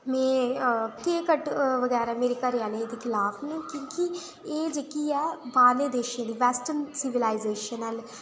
में cake cut बगैरा मेरे घरा आह्ले एह्दे खलाफ न क्योंकि जेह्की ऐ बाह्रले देशें दी वेस्टर्न सिवीलाइजेशन